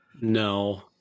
No